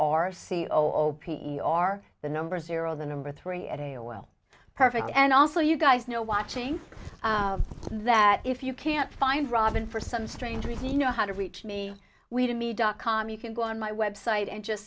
our c o o p e r the number zero the number three at a o l perfect and also you guys know watching that if you can't find robyn for some strange reason you know how to reach me we to me dot com you can go on my website and just